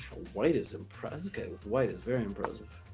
white is impressive with white is very impressive